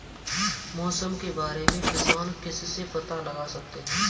मौसम के बारे में किसान किससे पता लगा सकते हैं?